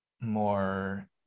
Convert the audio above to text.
more